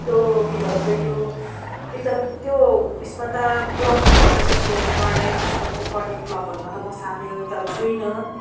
त्यो के भन्छ यो विचरा त्यो उसमा त क्लबहरूमा त त्यस्तो पढाइ पुस्तकको पढ्ने क्लबहरूमा त म सामेल त छुइनँ